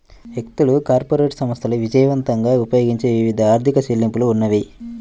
వ్యక్తులు, కార్పొరేట్ సంస్థలు విజయవంతంగా ఉపయోగించే వివిధ ఆర్థిక చెల్లింపులు ఉన్నాయి